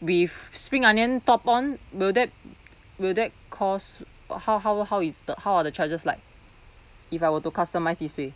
with spring onion top on will that will that cost or how how how is the how are the charges like if I were to customise this way